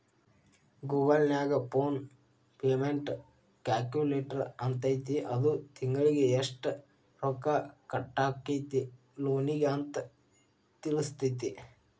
Google ನ್ಯಾಗ loan payment calculator ಅಂತೈತಿ ಅದು ತಿಂಗ್ಳಿಗೆ ಯೆಷ್ಟ್ ರೊಕ್ಕಾ ಕಟ್ಟಾಕ್ಕೇತಿ ಲೋನಿಗೆ ಅಂತ್ ತಿಳ್ಸ್ತೆತಿ